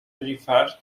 referred